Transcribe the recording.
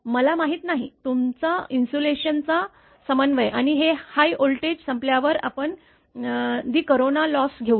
मला माहीत नाही तुमचा इन्सुलेशनचा समन्वय आणि हे हाय व्होल्टेज संपल्यावर आपण दी कोरोना लॉस घेऊया